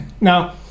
Now